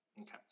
Okay